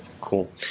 cool